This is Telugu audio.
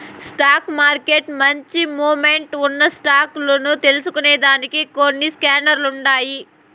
స్టాక్ మార్కెట్ల మంచి మొమెంటమ్ ఉన్న స్టాక్ లు తెల్సుకొనేదానికి కొన్ని స్కానర్లుండాయి